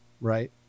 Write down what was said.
Right